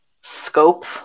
scope